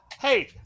Hey